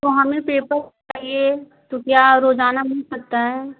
जो हमें पेपर चाहिए तो क्या रोज़ाना मिल सकता है